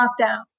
lockdown